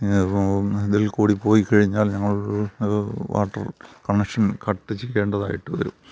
അതിൽ കൂടിപ്പോയി കഴിഞ്ഞാൽ ഞങ്ങൾ വാട്ടർ കണക്ഷൻ കട്ട് ചെയ്യേണ്ടതായിട്ട് വരും